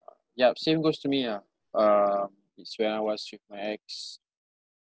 yup same goes to me ah uh it's when I was with my ex